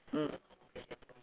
mm